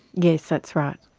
yes, that's right.